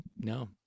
no